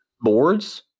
boards